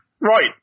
Right